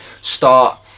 start